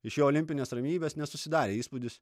iš jo olimpinės ramybės nesusidarė įspūdis